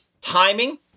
timing